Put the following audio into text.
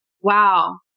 Wow